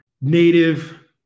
Native